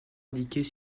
indiquées